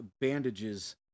bandages